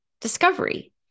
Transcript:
discovery